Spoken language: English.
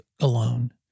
alone